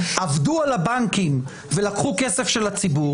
עבדו על הבנקים ולקחו כסף של הציבור